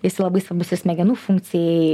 jisai labai svarbus ir smegenų funkcijai